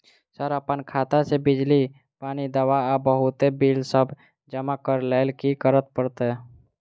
Sir अप्पन खाता सऽ बिजली, पानि, दवा आ बहुते बिल सब जमा करऽ लैल की करऽ परतै?